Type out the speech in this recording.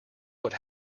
what